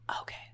Okay